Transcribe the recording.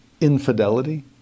infidelity